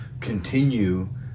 continue